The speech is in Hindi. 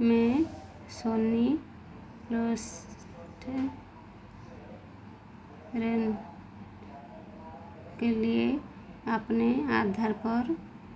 मैं सोनी प्लेस्टे रेन के लिए अपने आधार पर